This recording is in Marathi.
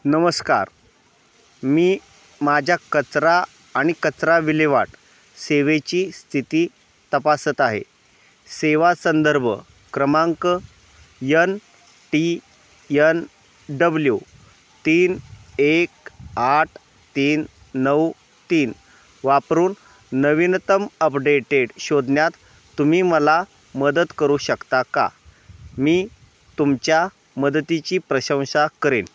नमस्कार मी माझ्या कचरा आणि कचरा विल्हेवाट सेवेची स्थिती तपासत आहे सेवा संदर्भ क्रमांक यन टी यन डब्ल्यू तीन एक आठ तीन नऊ तीन वापरून नवीनतम अपडेटेड शोधण्यात तुम्ही मला मदत करू शकता का मी तुमच्या मदतीची प्रशंसा करेन